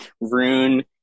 rune